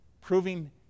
proving